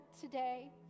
today